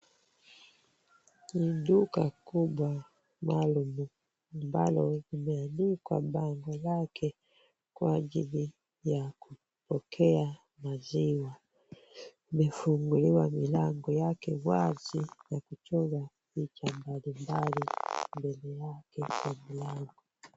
Ni duka kubwa maalum ambalo limeanikwa bango lake kwa ajili ya kupokea maziwa. Imefunguliwa milango yake wazi na kuchorwa picha mbalimbali mbele yake kwa mlango.